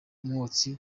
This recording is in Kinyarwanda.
umwotsi